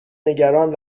نگران